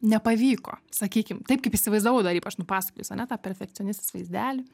nepavyko sakykim taip kaip įsivaizdavau dar ypač nupasakojus ane tą perfekcionistės vaizdelį